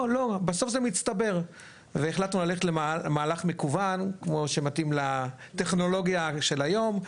בסוף זה מצטבר והחלטנו למהלך מקוון כמו שמתאים לטכנולוגיה של היום,